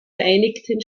vereinigten